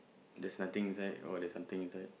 there's nothing inside oh there's something inside